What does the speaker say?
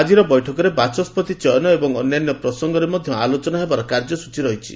ଆଜିର ବୈଠକରେ ବାଚସ୍କତି ଚୟନ ଏବଂ ଅନ୍ୟାନ୍ୟ ପ୍ରସଙ୍ଗରେ ମଧ୍ୟ ଆଲୋଚନା ହେବାର କାର୍ଯ୍ୟସ୍ଟଚୀ ରହିଛି